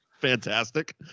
Fantastic